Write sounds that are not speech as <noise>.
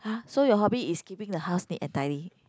<noise> so your hobby is keeping the house neat and tidy